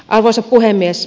arvoisa puhemies